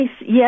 yes